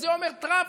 את זה אומר טראמפ,